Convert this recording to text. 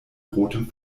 rotem